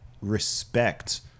respect